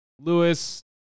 Lewis